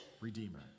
redeemer